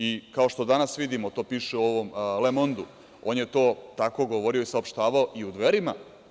I kao što danas vidimo, to piše u ovom "Le mondu", on je ton tako govorio i saopštavao i u Dverima.